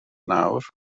nawr